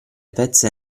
pezze